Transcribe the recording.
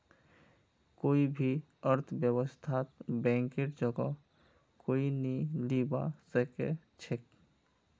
कोई भी अर्थव्यवस्थात बैंकेर जगह कोई नी लीबा सके छेक